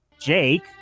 Jake